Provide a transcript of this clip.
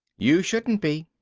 you shouldn't be.